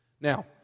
Now